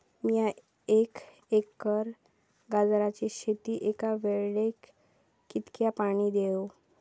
मीया एक एकर गाजराच्या शेतीक एका वेळेक कितक्या पाणी देव?